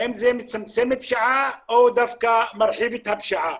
האם זה מצמצם פשיעה או דווקא מרחיב את הפשיעה.